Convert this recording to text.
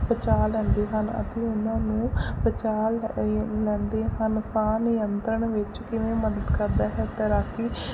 ਬਚਾਅ ਲੈਂਦੇ ਹਨ ਅਤੇ ਉਹਨਾਂ ਨੂੰ ਬਚਾਅ ਲੈਂਦੇ ਹਨ ਸਾਹ ਨਿਯੰਤਰਣ ਵਿੱਚ ਕਿਵੇਂ ਮਦਦ ਕਰਦਾ ਹੈ ਤੈਰਾਕੀ